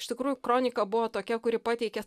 iš tikrųjų kronika buvo tokia kuri pateikė